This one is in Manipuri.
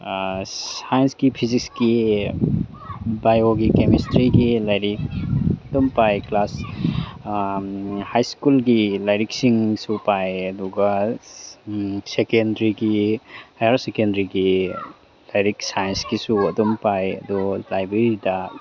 ꯁꯥꯏꯟꯁꯀꯤ ꯐꯤꯖꯤꯛꯁꯀꯤ ꯕꯥꯏꯌꯣꯒꯤ ꯀꯦꯃꯤꯁꯇ꯭ꯔꯤꯒꯤ ꯂꯥꯏꯔꯤꯛ ꯑꯗꯨꯝ ꯄꯥꯏ ꯀ꯭ꯂꯥꯁ ꯍꯥꯏ ꯁ꯭ꯀꯨꯜꯒꯤ ꯂꯥꯏꯔꯤꯛꯁꯤꯡꯁꯨ ꯄꯥꯏꯌꯦ ꯑꯗꯨꯒ ꯁꯦꯀꯦꯟꯗ꯭ꯔꯤꯒꯤ ꯍꯥꯏꯌꯔ ꯁꯦꯀꯦꯟꯗ꯭ꯔꯤꯒꯤ ꯂꯥꯏꯔꯤꯛ ꯁꯥꯏꯟꯀꯤꯁꯨ ꯑꯗꯨꯝ ꯄꯥꯏ ꯑꯗꯨ ꯂꯥꯏꯕ꯭ꯔꯦꯔꯤꯗ